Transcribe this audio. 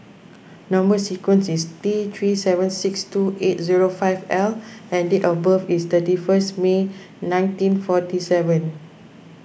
Number Sequence is T three seven six two eight zero five L and date of birth is thirty first May nineteen forty seven